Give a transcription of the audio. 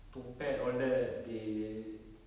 tupat all that they